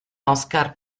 oscar